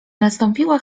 nastąpiła